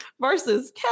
Versus